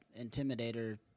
intimidator